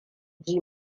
ji